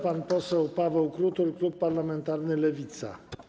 Pan poseł Paweł Krutul, klub parlamentarny Lewica.